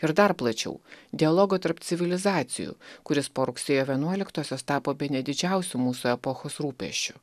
ir dar plačiau dialogo tarp civilizacijų kuris po rugsėjo vienuoliktosios tapo bene didžiausiu mūsų epochos rūpesčiu